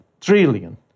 trillion